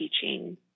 teaching